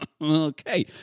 Okay